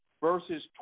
Verses